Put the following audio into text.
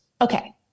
Okay